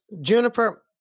Juniper